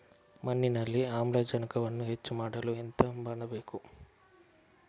ಮಣ್ಣಿನಲ್ಲಿ ಆಮ್ಲಜನಕವನ್ನು ಹೆಚ್ಚು ಮಾಡಲು ಎಂತ ಮಾಡಬೇಕು?